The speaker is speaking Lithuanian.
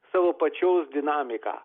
savo pačios dinamiką